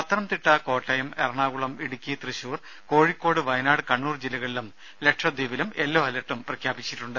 പത്തനംതിട്ട കോട്ടയം എറണാകുളം ഇടുക്കി തൃശൂർ കോഴിക്കോട് വയനാട് കണ്ണൂർ ജില്ലകളിലും ലക്ഷദ്വീപിലും യെല്ലോ അലർട്ടും പ്രഖ്യാപിച്ചിട്ടുണ്ട്